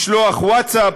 לשלוח ווטסאפ.